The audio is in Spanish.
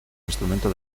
instrumento